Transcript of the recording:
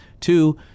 Two